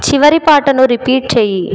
చివరి పాటను రిపీట్ చేయి